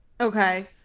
Okay